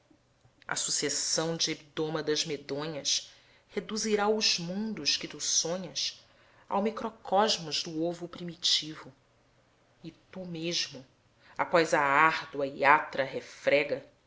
a sucessão de hebdômadas medonhas reduzirá os mundos que tu sonhas ao microcosmos do ovo primitivo e tu mesmo após a árdua e atra refrega